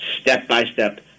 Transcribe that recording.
step-by-step